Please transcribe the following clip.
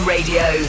Radio